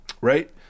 Right